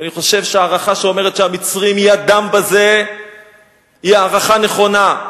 אני חושב שההערכה שאומרת שהמצרים ידם בזה היא הערכה נכונה,